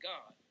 God